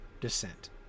descent